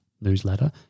newsletter